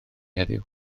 heddiw